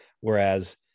Whereas